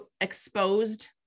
exposed